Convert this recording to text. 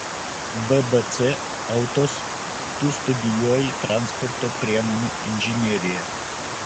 bbc autos tu studijuoji transporto priemonių inžineriją